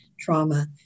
trauma